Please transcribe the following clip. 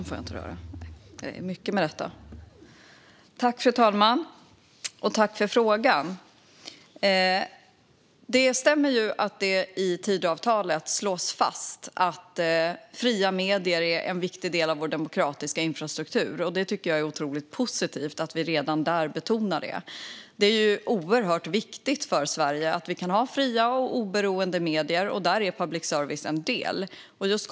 Fru talman! Jag tackar för frågan. Det stämmer att det i Tidöavtalet slås fast att fria medier är en viktig del av vår demokratiska infrastruktur. Jag tycker att det är otroligt positivt att detta betonas redan där. Det är oerhört viktigt för Sverige att ha fria och oberoende medier. Public service är en del av det.